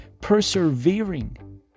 persevering